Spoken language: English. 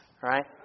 right